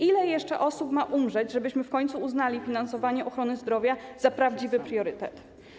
Ile jeszcze osób ma umrzeć, żebyśmy w końcu uznali finansowanie ochrony zdrowia za prawdziwy priorytet?